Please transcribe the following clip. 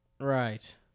Right